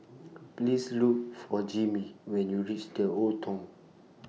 Please Look For Jimmie when YOU REACH The Old Thong